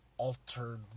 altered